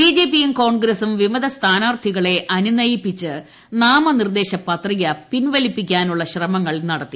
B ജെ പിയും കോൺഗ്രസും വിമത സ്ഥാനാർത്ഥികളെ അനുനയിപ്പിച്ച് നാമനിർദ്ദേശ പത്രിക പിൻവലിക്കാനുള്ള ശ്രമങ്ങൾ നടത്തി